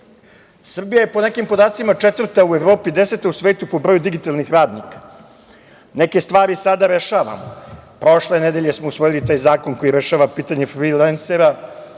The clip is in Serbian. Srbija je po nekim podacima 4. u Evropi, 10. u svetu po broju digitalnih radnika. Neke stvari sada rešavamo. Prošle nedelje smo usvojili taj zakon koji rešava pitanje frilensera.